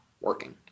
working